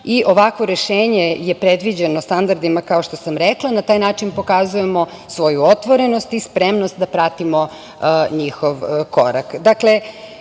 i ovakvo rešenje je predviđeno standardima, kao što sam rekla. Na taj način pokazujemo svoju otvorenost i spremnost da pratimo njihov korak. Dakle,